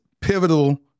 pivotal